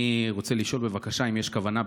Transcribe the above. אני רוצה לשאול בבקשה אם יש כוונה,